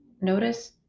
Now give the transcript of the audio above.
notice